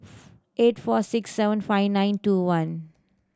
eight four six seven five nine two one